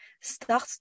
start